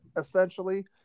essentially